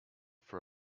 for